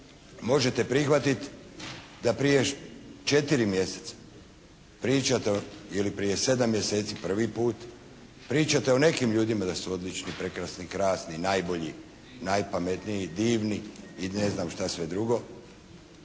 možete prihvatiti da prije četiri mjeseca pričate ili prije sedam mjeseci prvi put, pričate o nekim ljudima da su odlični, prekrasni, krasni i najbolji, najpametniji, divni i ne znam šta sve drugo,